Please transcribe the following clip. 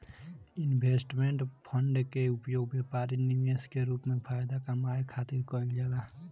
investment fund के उपयोग व्यापारी निवेश के रूप में फायदा कामये खातिर कईल जाला